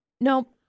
No